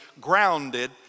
grounded